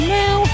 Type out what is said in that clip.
now